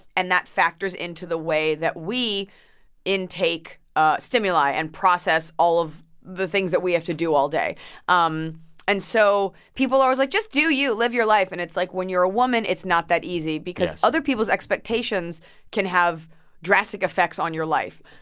and that factors into the way that we intake ah stimuli and process all of the things that we have to do all day um and so people are always like, just do you. live your life. and it's like, when you're a woman, it's not that easy because other people's expectations can have drastic effects on your life.